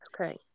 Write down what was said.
Okay